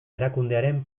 erakundearen